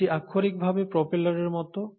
এটি আক্ষরিকভাবে প্রপেলারের মতো